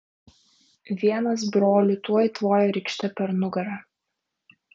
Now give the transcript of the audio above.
vienas brolių tuoj tvojo rykšte per nugarą